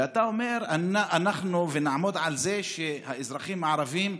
ואתה אומר: אנחנו נעמוד על זה שהאזרחים הערבים,